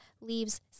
leaves